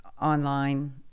online